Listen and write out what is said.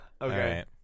Okay